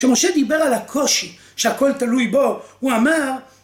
כשמשה דיבר על הקושי, שהכל תלוי בו, הוא אמר..